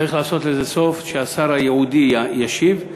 צריך לעשות לזה סוף, שהשר הייעודי ישיב.